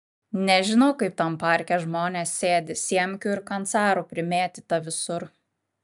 nežinau kaip tam parke žmonės sėdi siemkių ir kancarų primėtyta visur